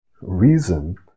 reason